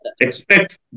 Expect